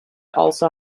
also